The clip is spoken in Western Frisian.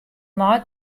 nei